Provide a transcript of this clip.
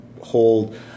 hold